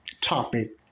topic